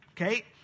Okay